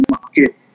market